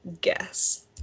guess